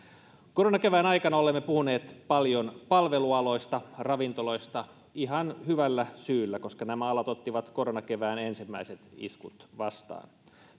koronakevään aikana olemme puhuneet paljon palvelualoista ravintoloista ihan hyvällä syyllä koska nämä alat ottivat koronakevään ensimmäiset iskut vastaan